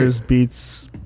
beats